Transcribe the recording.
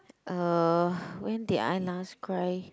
uh when did I last cry